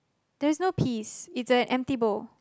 there's not piece it's a empty bowl